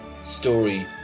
story